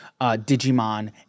Digimon